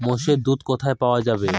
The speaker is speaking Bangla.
মোষের দুধ কোথায় পাওয়া যাবে?